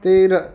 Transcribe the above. ਅਤੇ ਰ